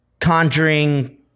conjuring